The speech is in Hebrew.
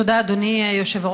תודה, אדוני היושב-ראש.